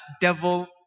devil